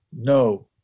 no